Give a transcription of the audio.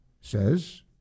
says